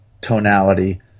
tonality